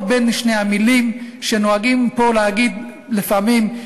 לגביה בין שתי המילים שנוהגים להגיד פה לפעמים,